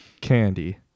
Candy